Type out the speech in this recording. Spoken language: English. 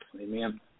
Amen